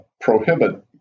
prohibit